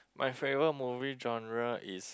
my favorite movie genre is